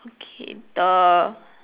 okay the